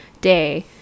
day